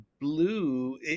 blue